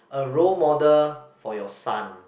a role model for your son